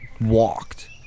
walked